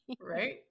Right